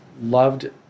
loved